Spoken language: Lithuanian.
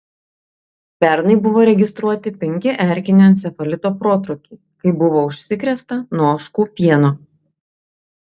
pernai buvo registruoti penki erkinio encefalito protrūkiai kai buvo užsikrėsta nuo ožkų pieno